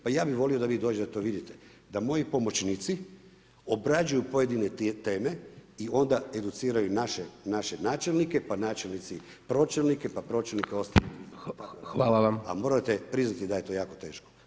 Pa ja bih volio da vi dođete i da to vidite da moji pomoćnici obrađuju pojedine teme i onda educiraju naše načelnike pa načelnici pročelnike, pa pročelnike … a morate priznati da je to teško.